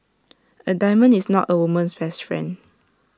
A diamond is not A woman's best friend